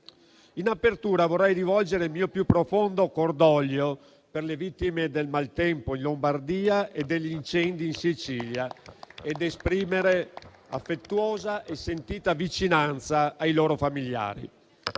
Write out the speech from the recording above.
In apertura vorrei rivolgere il mio più profondo cordoglio per le vittime del maltempo in Lombardia e degli incendi in Sicilia ed esprimere affettuosa e sentita vicinanza ai loro familiari.